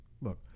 look